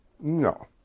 No